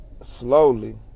slowly